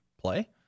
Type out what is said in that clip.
play